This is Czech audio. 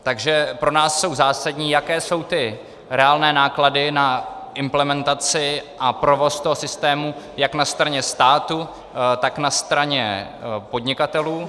Takže pro nás je zásadní, jaké jsou reálné náklady na implementaci a provoz toho systému jak na straně státu, tak na straně podnikatelů.